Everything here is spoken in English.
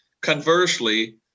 Conversely